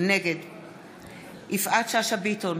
נגד יפעת שאשא ביטון,